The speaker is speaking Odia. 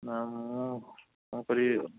ନା ମୁଁ କ'ଣ କରିବି